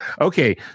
Okay